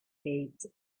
ate